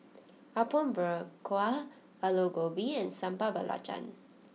Apom Berkuah Aloo Gobi and Sambal Belacan